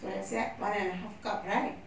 so what's that one and a half cup right